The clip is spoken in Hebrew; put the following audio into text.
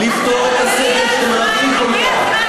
לפתור את הסבל של רבים כל כך.